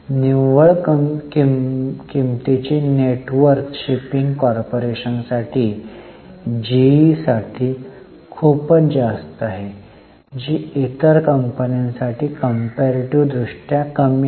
निव्वळ किमतीची net worth shipping कॉर्पोरेशनसाठी जीईसाठी खूपच जास्त आहे जी इतर कंपन्यांसाठी कंपेरीटीव्ह दृष्ट्या कमी आहे